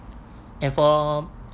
and for